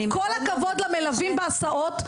כל הכבוד למלווים בהסעות.